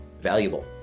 valuable